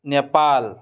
Nepal